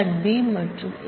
B மற்றும் s